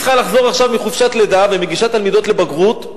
שצריכה לחזור עכשיו מחופשת לידה והיא מגישה תלמידות לבגרות,